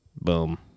Boom